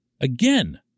Again